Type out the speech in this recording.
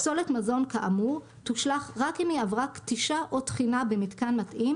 פסולת מזון כאמור תושלך רק אם היא עברה כתישה או טחינה במיתקן מתאים